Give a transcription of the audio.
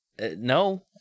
no